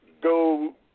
go